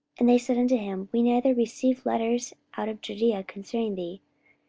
and they said unto him, we neither received letters out of judaea concerning thee,